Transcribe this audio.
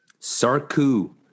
Sarku